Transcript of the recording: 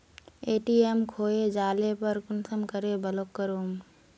ATM खोये जाले पर कुंसम करे ब्लॉक करूम?